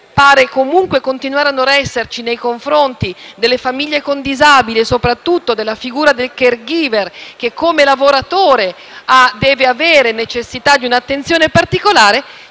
pare comunque continuare a non esserci nei confronti delle famiglie con disabili e soprattutto della figura del *caregiver*, che come lavoratore deve avere necessità di un'attenzione particolare,